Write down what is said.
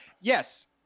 Yes